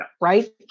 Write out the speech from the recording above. right